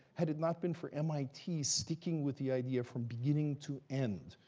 had it not been for mit sticking with the idea from beginning to end,